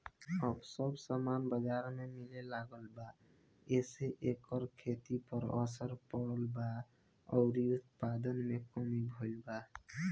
अब सब सामान बजार में मिले लागल बा एसे एकर खेती पर असर पड़ल बा अउरी उत्पादन में कमी भईल बा